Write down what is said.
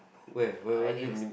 where where where that mean